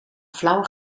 flauwe